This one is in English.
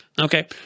Okay